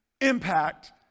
impact